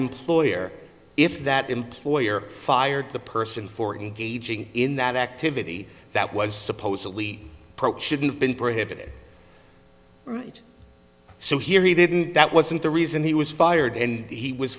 employer if that employer fired the person for engaging in that activity that was supposedly approach should have been prohibited right so here he didn't that wasn't the reason he was fired and he was